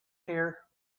here